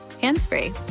hands-free